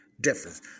Difference